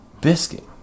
biscuit